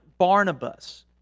Barnabas